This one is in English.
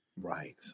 Right